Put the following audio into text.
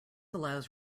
allows